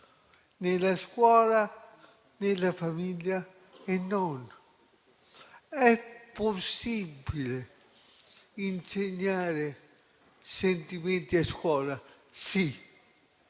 nella scuola, nella famiglia e non? È possibile insegnare sentimenti a scuola? Sì,